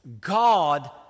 God